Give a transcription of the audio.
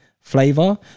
flavor